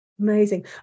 Amazing